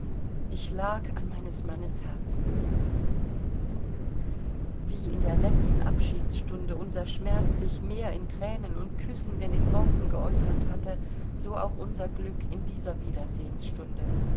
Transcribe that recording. ich lag an meines mannes herzen wie in der letzten abschiedsstunde unser schmerz sich mehr in thränen und küssen denn in worten geäußert hatte so auch unser glück in dieser